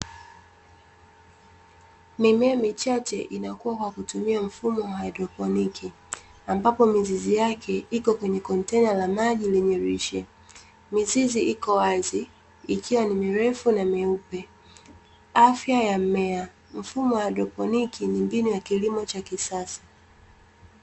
Mimea mi ichache inakuwa kwa mfumo wa hydrokloniki . Ambapo mizizi yake Iko kwenye kontena la maji mizizi iko wazima ikiwa ni mirefu na mnyeupe afya ya mimea . Mfumo wa hydrokloniki ni kilimo Cha kisasa